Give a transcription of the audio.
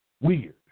weird